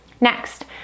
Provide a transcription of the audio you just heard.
Next